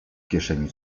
kieszeni